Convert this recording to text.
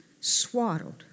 swaddled